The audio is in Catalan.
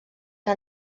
que